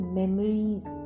memories